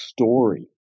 story